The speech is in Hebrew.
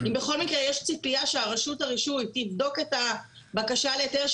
אם בכל מקרה יש ציפייה שרשות הרישוי תבדוק את הבקשה להיתר,